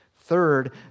Third